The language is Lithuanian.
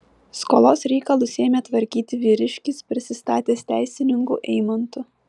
skolos reikalus ėmė tvarkyti vyriškis prisistatęs teisininku eimantu